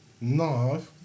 No